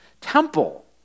temple